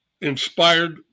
inspired